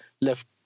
left